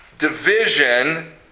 Division